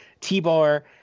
T-Bar